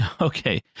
Okay